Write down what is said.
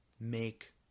make